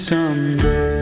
Someday